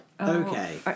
okay